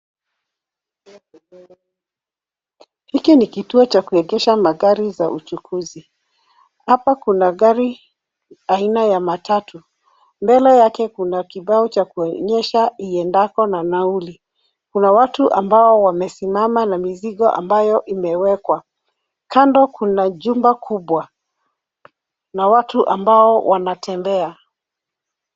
Hiki ni kituo cha kuegesha magari za uchukuzi. Hapa kuna gari aina ya matatu. Mbele yake kuna kibao cha kuonyesha iendako na nauli. Kuna watu ambao wamesimama na mizigo ambayo imewekwa. Kando kuna jumba kubwa, na watu ambao wanatembea.